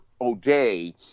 O'Day